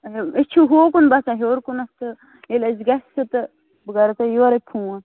اَچھا أسۍ چھُو ہوکُن بَسان ہیوٚر کُن تہٕ ییٚلہِ اَسہِ گژھِ تہٕ بہٕ کَہو تۄہہِ یورَے فون